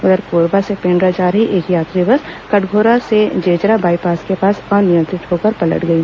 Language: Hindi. उधर कोरबा से पेंड्रा जा रही एक यात्री बस कटघोरा के जेजरा बाईपास के पास अनियंत्रित होकर पलट गई